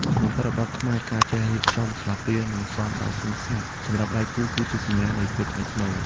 ក្នុងបរិបទខ្មែរ ការចេះរៀបចំស្លាបព្រា និងសមដោយស្ងៀមស្ងាត់សម្រាប់ដៃគូ គឺជាសញ្ញានៃភាពថ្លៃថ្នូរ។